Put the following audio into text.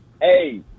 hey